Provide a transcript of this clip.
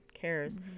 cares